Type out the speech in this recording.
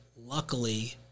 luckily